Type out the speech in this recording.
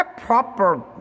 proper